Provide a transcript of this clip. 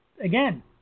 Again